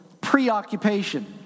preoccupation